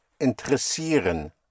interessieren